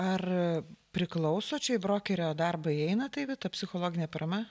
ar priklauso čia į brokerio darbą įeina tai vita psichologinė parama